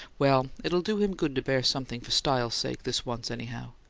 well, it'll do him good to bear something for style's sake this once, anyhow!